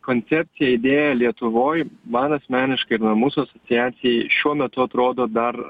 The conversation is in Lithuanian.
koncepcija idėja lietuvoj man asmeniškai ir na mūsų asociacijai šiuo metu atrodo dar